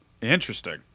Interesting